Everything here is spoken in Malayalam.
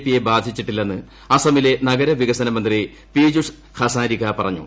പി യെ ബാധിച്ചിട്ടില്ലെന്ന് അസമിലെ നഗരവികസന മന്ത്രി പിജൂഷ് ഹസാരിക പറഞ്ഞു